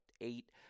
eight